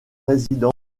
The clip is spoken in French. résidence